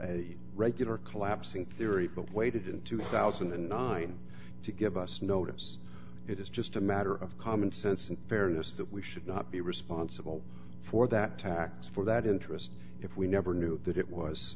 a regular collapsing theory waited in two thousand and nine to give us notice it is just a matter of common sense and fairness that we should not be responsible for that tax for that interest if we never knew that it was